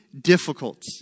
difficult